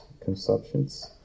Consumptions